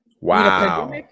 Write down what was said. Wow